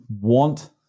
want